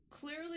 clearly